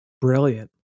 Brilliant